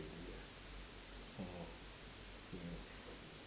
maybe ah orh